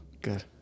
Good